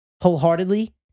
wholeheartedly